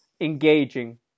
engaging